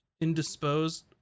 Indisposed